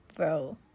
Bro